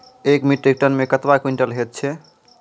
एक metric tonne मे कतवा क्वींटल हैत छै?